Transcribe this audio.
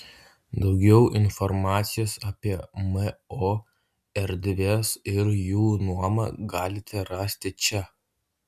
daugiau informacijos apie mo erdves ir jų nuomą galite rasti čia